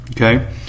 Okay